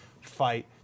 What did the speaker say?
fight